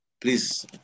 Please